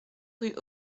rue